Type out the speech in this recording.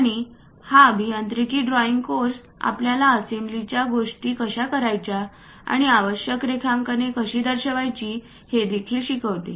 आणि हा अभियांत्रिकी ड्रॉईंग कोर्स आपल्याला असेंब्लीच्या गोष्टी कशा करायच्या आणि आवश्यक रेखांकने कशी दर्शवायची हे देखील शिकवते